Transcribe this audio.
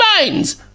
minds